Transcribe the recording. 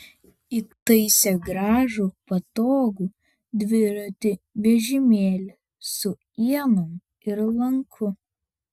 įtaisė gražų patogų dviratį vežimėlį su ienom ir lanku